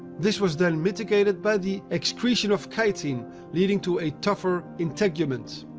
this was then mitigated by the excretion of chitin leading to a tougher integument.